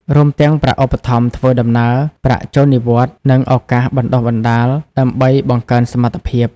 រួមទាំងប្រាក់ឧបត្ថម្ភធ្វើដំណើរ ប្រាក់ចូលនិវត្តន៍ និងឱកាសបណ្តុះបណ្តាល ដើម្បីបង្កើនសមត្ថភាព។